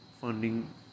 funding